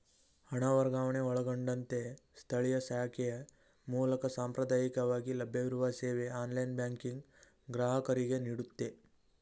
ಹಣ ವರ್ಗಾವಣೆ ಒಳಗೊಂಡಂತೆ ಸ್ಥಳೀಯ ಶಾಖೆಯ ಮೂಲಕ ಸಾಂಪ್ರದಾಯಕವಾಗಿ ಲಭ್ಯವಿರುವ ಸೇವೆ ಆನ್ಲೈನ್ ಬ್ಯಾಂಕಿಂಗ್ ಗ್ರಾಹಕರಿಗೆನೀಡುತ್ತೆ